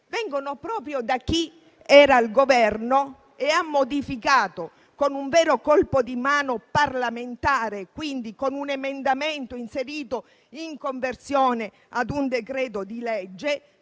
vengano proprio da chi era al Governo e ha modificato, con un vero colpo di mano parlamentare, quindi con un emendamento inserito in una legge di conversione di un decreto-legge,